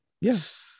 Yes